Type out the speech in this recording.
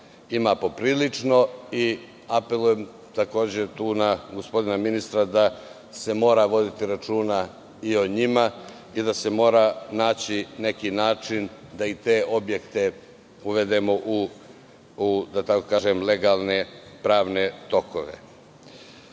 ima poprilično. Apelujem tu na gospodina ministra da se mora voditi računa i o njima i da se mora naći neki način da i te objekte uvedemo u legalne pravne tokove. Šta